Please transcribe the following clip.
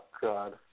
God